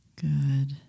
Good